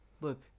look